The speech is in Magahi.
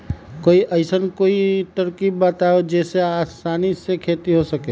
कोई अइसन कोई तरकीब बा जेसे आसानी से खेती हो सके?